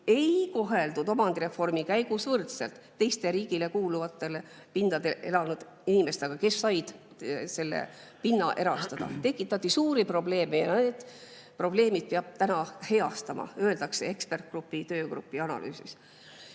ei koheldud omandireformi käigus võrdselt teiste riigile kuuluvatel pindadel elanud inimestega, kes said selle pinna erastada. Tekitati suuri probleeme ja need probleemid peab täna heastama. Nii öeldakse ekspertgrupi, töögrupi analüüsis.